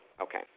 Okay